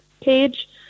page